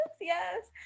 yes